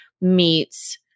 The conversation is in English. meets